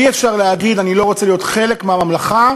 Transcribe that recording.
אי-אפשר להגיד: אני לא רוצה להיות חלק מהממלכה,